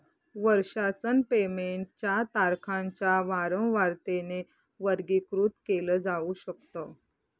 वर्षासन पेमेंट च्या तारखांच्या वारंवारतेने वर्गीकृत केल जाऊ शकत